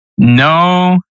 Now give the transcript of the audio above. No